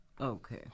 Okay